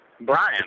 Brian